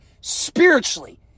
spiritually